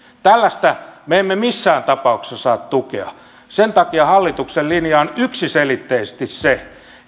tällaista me emme missään tapauksessa saa tukea sen takia hallituksen linja on yksiselitteisesti se